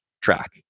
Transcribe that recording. track